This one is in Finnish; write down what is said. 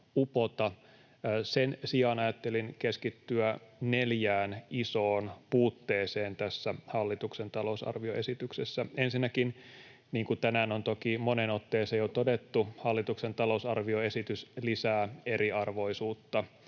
Sen sijaan ajattelin keskittyä neljään isoon puutteeseen tässä hallituksen talousarvioesityksessä. Ensinnäkin, niin kuin tänään on toki moneen otteeseen jo todettu, hallituksen talousarvioesitys lisää eriarvoisuutta.